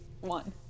one